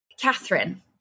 Catherine